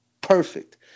perfect